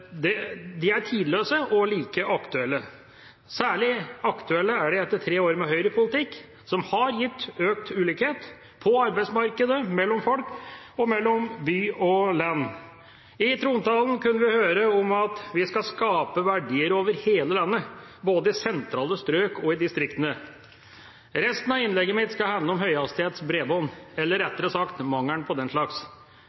hand». De er tidløse og like aktuelle. Særlig aktuelle er de etter tre år med høyrepolitikk, som har gitt økt ulikhet på arbeidsmarkedet, mellom folk og mellom by og land. I trontalen kunne vi høre at vi skal skape verdier over hele landet, både i sentrale strøk og i distriktene. Resten av innlegget mitt skal handle om høyhastighetsbredbånd – eller, rettere sagt, mangelen på den slags. Godt bredbånd